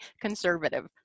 conservative